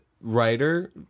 writer